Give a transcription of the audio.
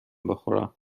بخورم